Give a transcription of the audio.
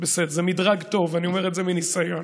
זה מדרג טוב, אני אומר את זה מניסיון.